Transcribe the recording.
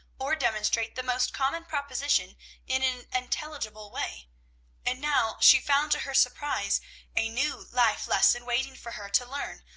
or demonstrate the most common proposition in an intelligible way and now she found to her surprise a new life-lesson waiting for her to learn,